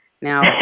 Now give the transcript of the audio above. Now